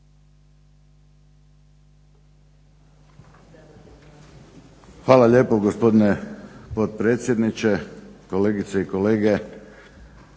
Hvala lijepo gospodine potpredsjedniče, kolegice i kolege.